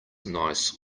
nice